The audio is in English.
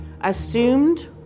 assumed